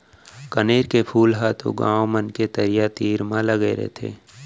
कनेर के फूल ह तो गॉंव मन के तरिया तीर म लगे रथे